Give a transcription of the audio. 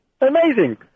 Amazing